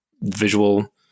visual